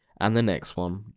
and the next one,